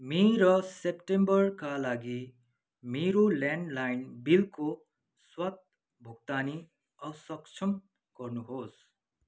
मे र सेप्टेम्बरका लागि मेरो ल्यान्डलाइन बिलको स्वत भुक्तानी असक्षम गर्नुहोस्